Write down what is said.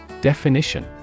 Definition